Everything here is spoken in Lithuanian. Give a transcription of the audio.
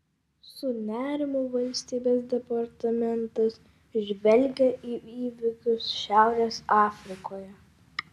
su nerimu valstybės departamentas žvelgia į įvykius šiaurės afrikoje